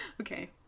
Okay